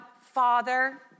Father